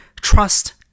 trust